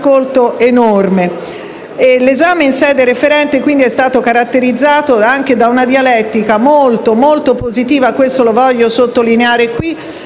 L'esame in sede referente è stato caratterizzato anche da una dialettica molto positiva - lo voglio sottolineare -